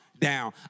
down